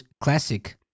classic